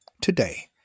today